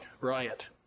riot